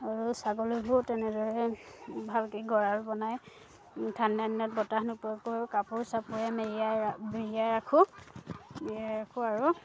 আৰু ছাগলীবোৰ তেনেদৰে ভালকৈ গঁৰাল বনাই ঠাণ্ডাদিনত বতাহ নোপোৱাকৈ কাপোৰ চাপোৰে মেৰিয়াই মেৰিয়াই ৰাখোঁ মেৰিয়াই ৰাখোঁ আৰু